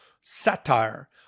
satire